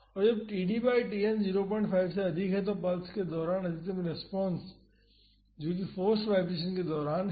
और जब td by Tn 05 से अधिक है तो पल्स के दौरान अधिकतम रेस्पॉन्स जो कि फोर्स्ड वाईब्रेशन के दौरान है